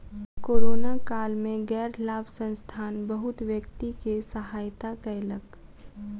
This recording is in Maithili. कोरोना काल में गैर लाभ संस्थान बहुत व्यक्ति के सहायता कयलक